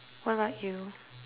what about you